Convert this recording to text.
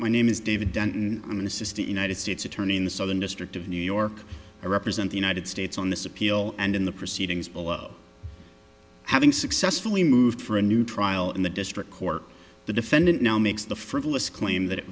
my name is david denton an assistant united states attorney in the southern district of new york i represent the united states on this appeal and in the proceedings below having successfully moved for a new trial in the district court the defendant now makes the frivolous claim that